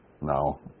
No